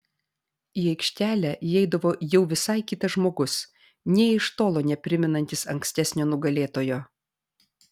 į aikštelę įeidavo jau visai kitas žmogus nė iš tolo neprimenantis ankstesnio nugalėtojo